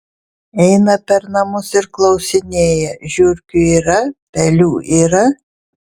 eina per namus ir klausinėja žiurkių yra pelių yra